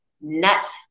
nuts